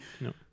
No